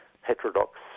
heterodox